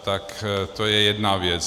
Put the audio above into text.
Tak to je jedna věc.